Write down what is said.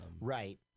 Right